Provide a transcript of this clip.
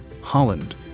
Holland